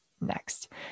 next